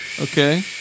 okay